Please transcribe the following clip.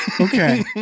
Okay